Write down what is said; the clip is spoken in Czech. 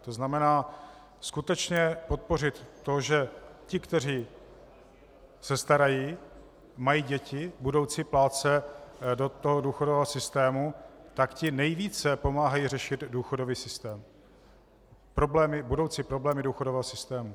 To znamená skutečně podpořit to, že ti, kteří se starají, mají děti, budoucí plátce do důchodového systému, ti nejvíce pomáhají řešit důchodový systém, budoucí problémy důchodového systému.